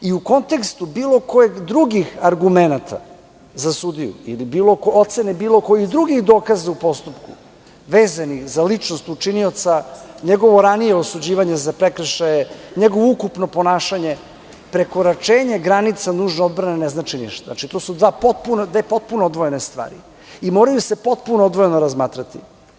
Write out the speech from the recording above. U kontekstu bilo kojih drugih argumenata za sudiju, ili ocene bilo kojih drugih dokaza u postupku vezanih za ličnost učinioca, njegovo ranije osuđivanje za prekršaje, njegovo ukupno ponašanje, prekoračenje granice nužne odbrane ne znači ništa, to su dve potpuno odvojene stvari i moraju se potpuno odvojeno razmatrati.